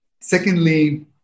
Secondly